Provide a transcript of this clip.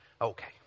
Okay